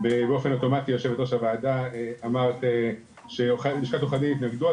באופן אוטומטי יושבת ראש הוועדה אמרת שלשכת עורכי הדין יתנגדו.